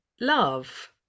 love